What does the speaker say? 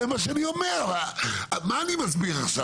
זה מה שאני אומר, מה אני מסביר עכשיו?